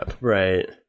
right